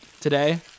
today